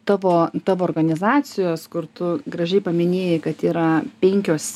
tavo tavo organizacijos kur tu gražiai paminėjai kad yra penkios